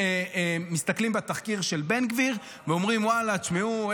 מסתכלים בתחקיר של בן גביר ואומרים: ואללה,